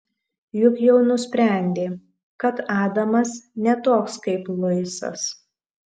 juk jau nusprendė kad adamas ne toks kaip luisas